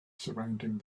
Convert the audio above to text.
surrounding